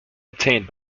obtained